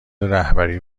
رهبری